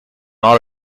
not